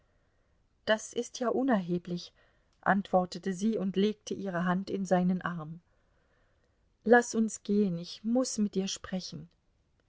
das ist ja unerheblich antwortete sie und legte ihre hand in seinen arm laß uns gehen ich muß mit dir sprechen